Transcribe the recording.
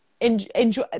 enjoy